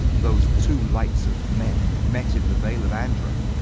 those two lights of men met in the vale of andren